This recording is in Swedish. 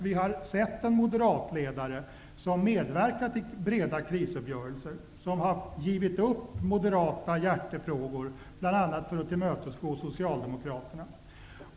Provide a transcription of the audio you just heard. Vi har sett en moderatledare som medverkat i breda krisuppgörelser, som har givit upp moderata hjärtefrågor, bl.a. för att tillmötesgå socialdemokraterna.